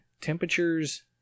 temperatures